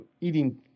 eating